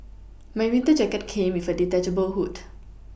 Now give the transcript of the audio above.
my winter jacket came with a detachable hood